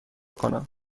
کنم